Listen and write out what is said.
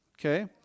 Okay